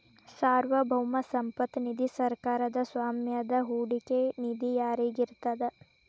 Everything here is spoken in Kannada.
ಸಾರ್ವಭೌಮ ಸಂಪತ್ತ ನಿಧಿ ಸರ್ಕಾರದ್ ಸ್ವಾಮ್ಯದ ಹೂಡಿಕೆ ನಿಧಿಯಾಗಿರ್ತದ